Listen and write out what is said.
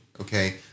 okay